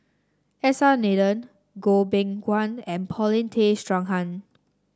S R Nathan Goh Beng Kwan and Paulin Tay Straughan